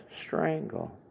strangle